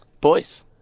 Boys